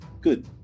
Good